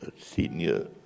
senior